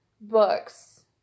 books